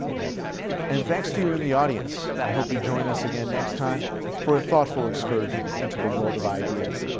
thanks. heffner and thanks to you in the audience. i hope you join us again next time for a thoughtful excursion into the world of ideas.